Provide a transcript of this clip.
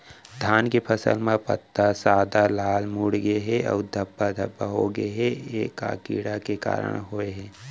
धान के फसल म पत्ता सादा, लाल, मुड़ गे हे अऊ धब्बा धब्बा होगे हे, ए का कीड़ा के कारण होय हे?